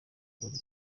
kintu